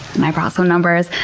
i brought some numbers,